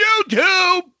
YouTube